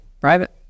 private